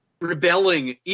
rebelling